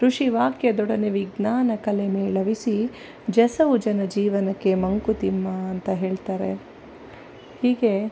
ಋಷಿ ವಾಕ್ಯದೊಡನೆ ವಿಜ್ಞಾನ ಕಲೆಮೇಳವಿಸಿ ಜಸವು ಜನ ಜೀವನಕ್ಕೆ ಮಂಕುತಿಮ್ಮ ಅಂತ ಹೇಳ್ತಾರೆ ಹೀಗೆ